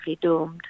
doomed